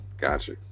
Gotcha